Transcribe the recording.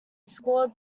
scored